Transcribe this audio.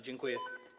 Dziękuję.